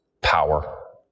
power